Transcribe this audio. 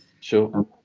Sure